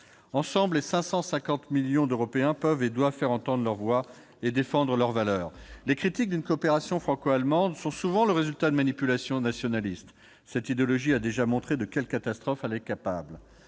Ensemble, les 550 millions d'Européens peuvent, et doivent, faire entendre leur voix et défendre leurs valeurs. Les critiques d'une coopération franco-allemande sont souvent le résultat de manipulations nationalistes. Cette idéologie a déjà montré de quelles catastrophes elle était capable.